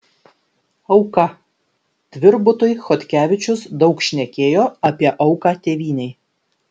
auka tvirbutui chodkevičius daug šnekėjo apie auką tėvynei